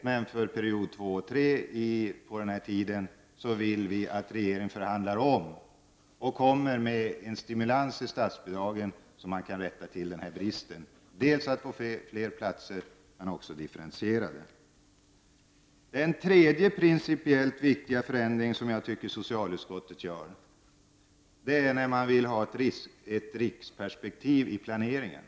Men för period 2 och period 3 beträffande den här tiden vill vi att regeringen omförhandlar och kommer med en stimulans i statsbidragen, så att det går att komma till rätta med den här bristen. Det gäller ju dels att få fler platser, dels att åstadkomma en differentiering. Den tredje principiellt viktiga förändringen från socialutskottets sida är att vi vill ha med ett riksperspektiv i planeringen.